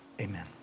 Amen